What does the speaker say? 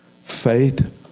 faith